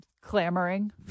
clamoring